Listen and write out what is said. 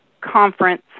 conference